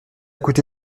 coûté